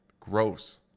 gross